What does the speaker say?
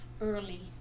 early